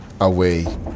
away